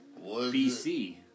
BC